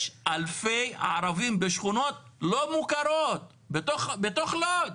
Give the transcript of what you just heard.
יש אלפי ערבים בשכונות לא מוכרות בתוך לוד.